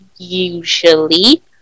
Usually